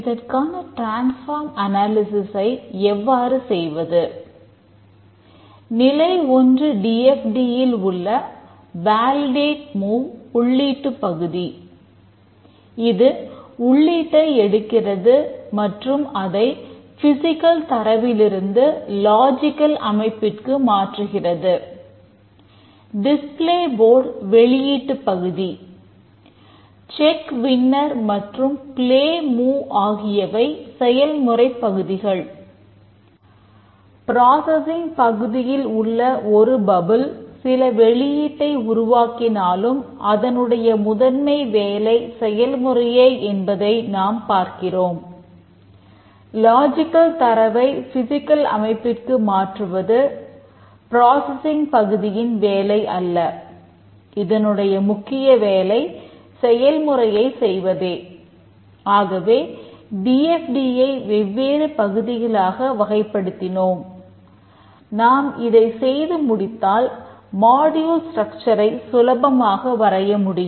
இதற்கான ட்ரான்ஸ்பார்ம் அனாலிசிஸை சுலபமாக வரைய முடியும்